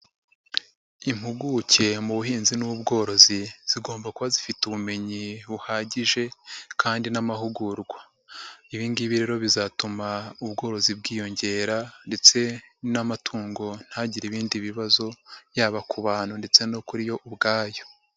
Impuguke mu buhinzi n'ubworozi zigomba kuba zifite ubumenyi buhagije kandi n'amahugurwa, ibi ngibi rero bizatuma ubworozi bwiyongera ndetse n'amatungo ntagire ibindi bibazo yaba ku bantu ndetse no kuri yo ubwayo.